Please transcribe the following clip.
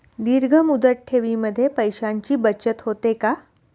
दीर्घ मुदत ठेवीमध्ये पैशांची बचत होते का?